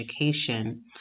education